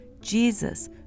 Jesus